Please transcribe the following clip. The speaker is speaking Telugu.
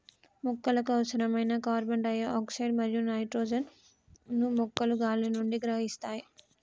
మొక్కలకు అవసరమైన కార్బన్ డై ఆక్సైడ్ మరియు నైట్రోజన్ ను మొక్కలు గాలి నుండి గ్రహిస్తాయి